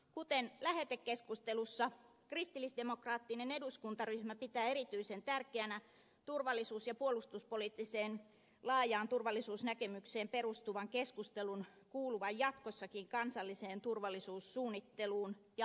kuten lähetekeskustelussa kristillisdemokraattinen eduskuntaryhmä pitää erityisen tärkeänä turvallisuus ja puolustuspoliittisen laajaan turvallisuusnäkemykseen perustuvan keskustelun kuulumista jatkossakin kansalliseen turvallisuussuunnitteluun ja arviointiin